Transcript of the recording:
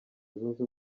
zunze